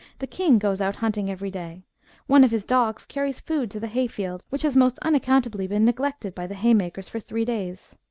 the king goes out hunting every day one of his dogs carries food to the hay-field, which has most unaccountably been neglected by the hay-makers for three days.